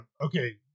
okay